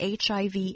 HIV